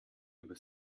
über